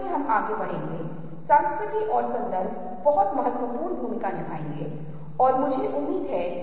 जब हमने सुनने के बारे में बात की तो हमने अग्रभूमि और पृष्ठभूमि के बारे में बात की